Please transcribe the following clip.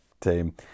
team